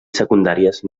secundàries